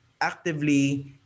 actively